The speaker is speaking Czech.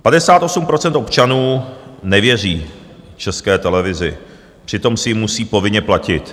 Padesát osm procent občanů nevěří České televizi, přitom si ji musí povinně platit.